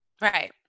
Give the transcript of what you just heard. Right